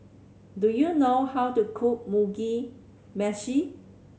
do you know how to cook Mugi Meshi